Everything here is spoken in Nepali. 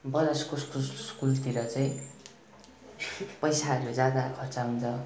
बजारको स्कुलतिर चाहिँ पैसाहरू ज्यादा खर्च हुन्छ